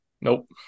nope